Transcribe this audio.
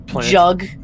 jug